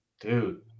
Dude